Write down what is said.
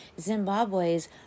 Zimbabwe's